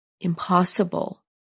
impossible